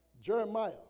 Jeremiah